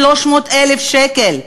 300,000 שקל.